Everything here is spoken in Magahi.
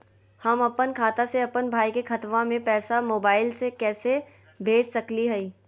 हम अपन खाता से अपन भाई के खतवा में पैसा मोबाईल से कैसे भेज सकली हई?